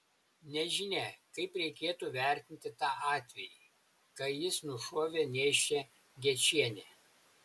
nežinia kaip reikėtų vertinti tą atvejį kai jis nušovė nėščią gečienę